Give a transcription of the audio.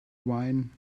wine